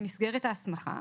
במסגרת ההסמכה.